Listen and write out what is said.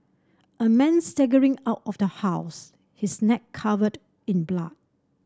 a man staggering out of the house his neck covered in blood